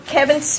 Kevin